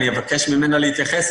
אבקש ממנה להתייחס.